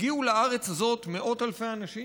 הגיעו לארץ הזאת מאות אלפי אנשים.